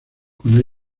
cuando